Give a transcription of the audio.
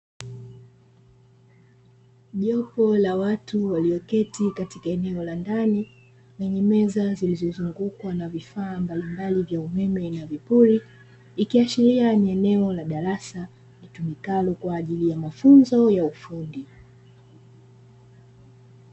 Jopo la watu walioketi katika eneo la ndani kwenye meza zilizo zungukwa na vifaa mbalimbali vya umeme na vipuri, ikiashiria ni eneo la darasa litumikalo kwaajili ya mafunzo ya ufundi.